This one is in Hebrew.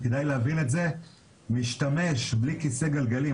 כדאי להבין את זה: משתמש בלי כיסא גלגלים,